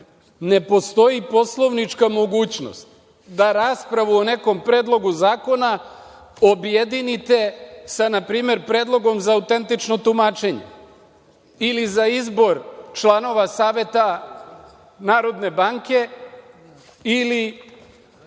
Ne postoji poslovnička mogućnost da raspravu o nekom predlogu zakona objedinite sa npr. predlogom za autentično tumačenje ili za izbor članova Saveta NBS ili